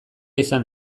izan